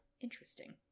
interesting